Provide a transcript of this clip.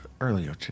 earlier